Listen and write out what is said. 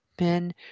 men